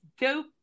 dope